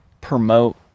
promote